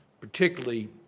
particularly